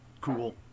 Cool